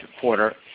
quarter